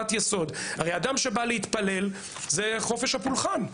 הרי אדם שבא להתפלל יש לו את חופש הפולחן,